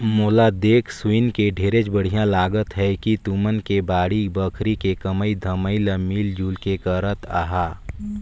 मोला देख सुनके ढेरेच बड़िहा लागत हे कि तुमन के बाड़ी बखरी के कमई धमई ल मिल जुल के करत अहा